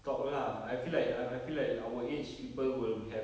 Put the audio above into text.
talk lah I feel like I I feel like our age people will have